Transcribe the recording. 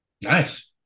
Nice